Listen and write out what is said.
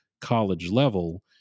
college-level